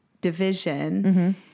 division